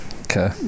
Okay